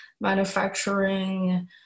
manufacturing